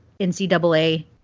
NCAA